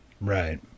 Right